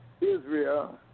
Israel